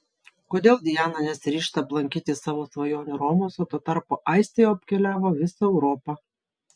kodėl diana nesiryžta aplankyti savo svajonių romos o tuo tarpu aistė jau apkeliavo visą europą